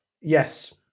Yes